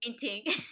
painting